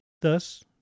Thus